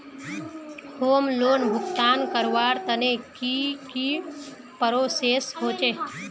Home loan भुगतान करवार तने की की प्रोसेस होचे?